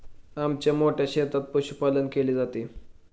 आमच्या मोठ्या शेतात पशुपालन केले जाते